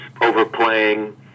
overplaying